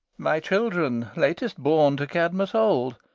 my children, latest born to cadmus old,